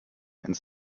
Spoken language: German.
ins